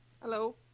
Hello